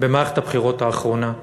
במערכת הבחירות האחרונה.